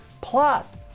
plus